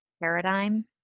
paradigm